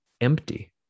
empty